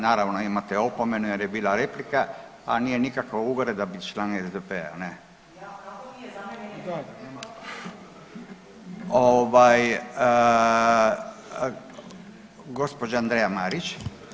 Naravno imate opomenu jer je bila replika, a nije nikakva uvreda bit član SDP-a, ne. … [[Upadica se ne razumije.]] Gospođa Andreja Marić.